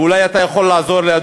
ואולי אתה יכול לעזור לי,